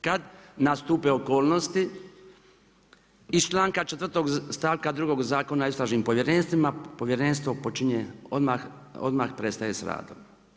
Kad nastupe okolnosti iz članka 4. stavka 2 Zakona o istražnim povjerenstvima, povjerenstvo odmah prestaje s radom.